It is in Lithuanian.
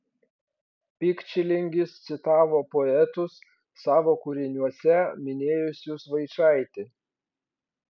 pikčilingis citavo poetus savo kūriniuose minėjusius vaičaitį